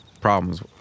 problems